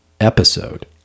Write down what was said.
episode